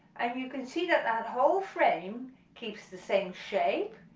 and you can see that that whole frame keeps the same shape,